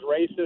racist